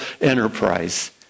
enterprise